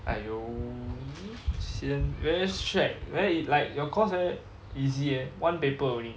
!aiyo! sian very shag very like your course very easy leh one paper only